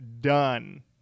done